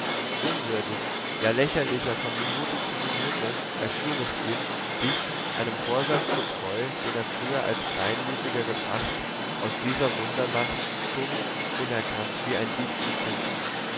unwürdig ja lächerlicher von minute zu minute erschien es ihm sich einem vorsatz getreu den er früher als kleinmütiger gefaßt aus dieser wundernacht stumm unerkannt wie ein dieb zu flüchten